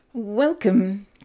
Welcome